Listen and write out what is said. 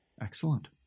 Excellent